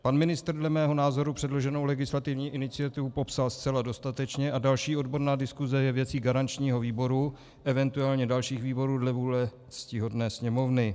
Pan ministr dle mého názoru předloženou legislativní iniciativu popsal zcela dostatečně a další odborná diskuse je věcí garančního výboru, eventuálně dalších výborů dle vůle ctihodné Sněmovny.